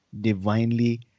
divinely